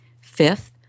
Fifth